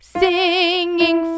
singing